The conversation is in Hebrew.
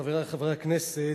חברי חברי הכנסת,